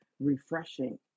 refreshing